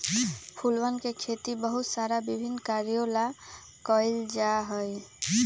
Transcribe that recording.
फूलवन के खेती बहुत सारा विभिन्न कार्यों ला कइल जा हई